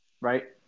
right